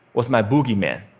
was my boogeyman.